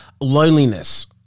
loneliness